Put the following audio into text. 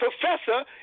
professor